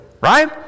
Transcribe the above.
right